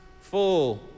full